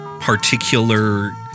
particular